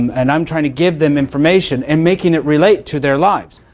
and i'm trying to give them information and making it relate to their lives,